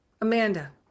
Amanda